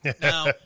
Now